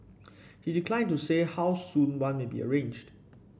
he declined to say how soon one may be arranged